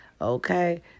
Okay